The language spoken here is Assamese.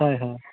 হয় হয়